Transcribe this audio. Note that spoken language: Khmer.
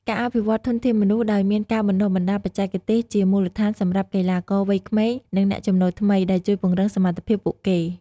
ការអភិវឌ្ឍធនធានមនុស្សដោយមានការបណ្តុះបណ្តាលបច្ចេកទេសជាមូលដ្ឋានសម្រាប់កីឡាករវ័យក្មេង និងអ្នកចំណូលថ្មី ដែលជួយពង្រឹងសមត្ថភាពពួកគេ។